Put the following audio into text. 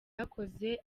akoze